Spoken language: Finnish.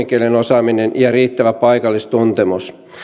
kielen osaaminen ja riittävä paikallistuntemus